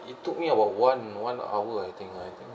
it took me about one one hour I think I think